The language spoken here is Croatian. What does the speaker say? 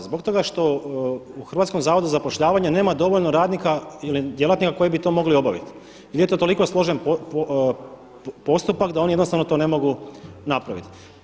Zbog toga što u Hrvatskom zavodu za zapošljavanje nema dovoljno radnika ili djelatnika koji bi to mogli obaviti ili je to toliko složen postupak da oni jednostavno to ne mogu napraviti?